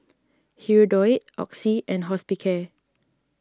Hirudoid Oxy and Hospicare